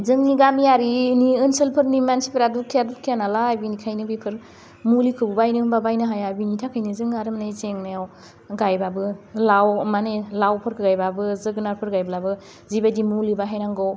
जोंनि गामियारिनि ओनसोलफोरनि मानसिफ्रा दुखिया दुखिया नालाय बेनिखायनो बेफोर मुलिखौ बायनो होनबा बायनो हाया बेनि थाखायनो जों आरो मानि जेंनायाव गाइबाबो लाव माने लावफोरखो गाइबाबो जोगोनारफोर गाइब्लाबो जिबायदि मुलि बाहायनांगौ